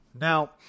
Now